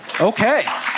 okay